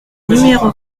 numéro